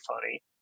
funny